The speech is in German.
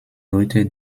leute